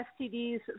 STDs